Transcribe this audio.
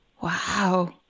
Wow